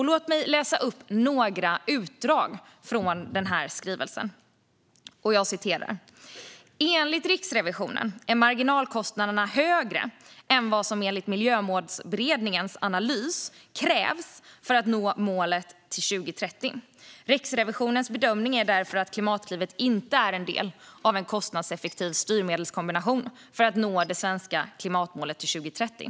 Låt mig läsa upp några utdrag från denna skrivelse. Man skriver: "Enligt Riksrevisionen är marginalkostnaderna högre än vad som enligt Miljömålsberedningens analys krävs för att nå målet till 2030. Riksrevisionens bedömning är därför att Klimatklivet inte är en del av en kostnadseffektiv styrmedelskombination för att nå det svenska klimatmålet till 2030."